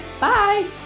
bye